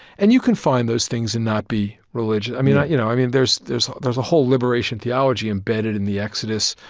and you can find those things and not be religious. i mean, you know, i mean there's there's there's a whole liberation theology embedded in the exodus.